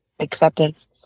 acceptance